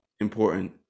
important